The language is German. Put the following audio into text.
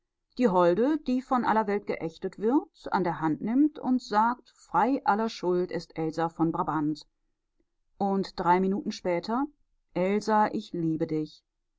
die holde die von aller welt geächtet wird an der hand nimmt und sagt frei aller schuld ist elsa von brabant und drei minuten später elsa ich liebe dich